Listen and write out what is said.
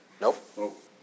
Nope